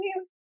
Please